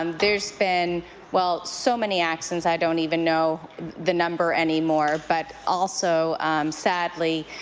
um there's been well so many accidents i don't even know the number anymore, but also sadly,